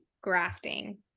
grafting